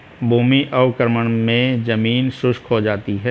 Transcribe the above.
भूमि अवक्रमण मे जमीन शुष्क हो जाती है